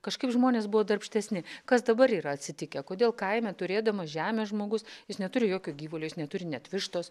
kažkaip žmonės buvo darbštesni kas dabar yra atsitikę kodėl kaime turėdamas žemę žmogus jis neturi jokio gyvulio jis neturi net vištos